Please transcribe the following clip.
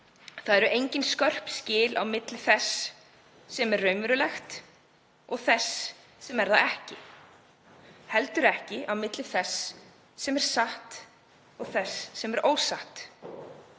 „Það eru engin skörp skil á milli þess sem er raunverulegt og þess sem er það ekki. Heldur ekki á milli þess sem er satt og þess sem er ósatt.